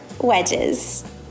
wedges